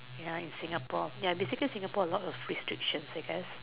ya in Singapore basically in Singapore there is a lot of restrictions I guess